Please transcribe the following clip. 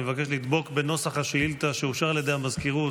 אני מבקש לדבוק בנוסח השאילתה שאושר על ידי המזכירות.